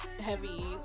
heavy